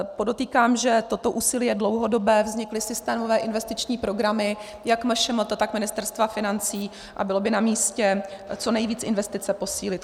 Podotýkám, že toto úsilí je dlouhodobé, vznikly systémové investiční programy jak MŠMT, tak Ministerstva financí a bylo by namístě co nejvíce investice posílit.